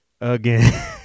again